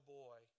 boy